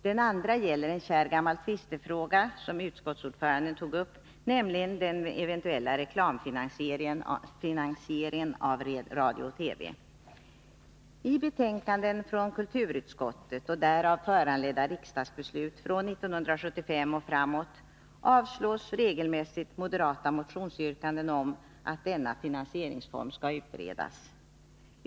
Den andra gäller en kär gammal tvistefråga, som utskottsordföranden tog upp, nämligen den eventuella reklamfinansieringen av radio-TV. I betänkanden från kulturutskottet och därav föranledda riksdagsbeslut från 1975 och framåt avslås regelmässigt moderata motionsyrkanden om att denna finansieringsform skall utredas.